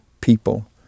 people